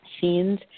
scenes